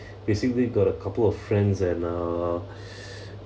basically got a couple of friends and uh